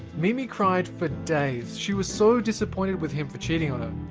mimi cried for days. she was so disappointed with him for cheating on her.